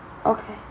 okay